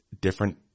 different